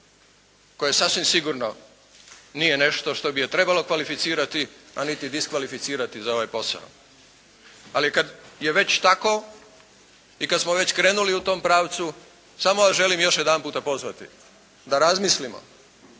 koje sasvim sigurno nije nešto što bi je trebalo kvalificirati, a niti diskvalificirati za ovaj posao. Ali kad je već tako i kad smo već krenuli u tom pravcu samo želim još jedanputa pozvati da razmislimo